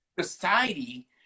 society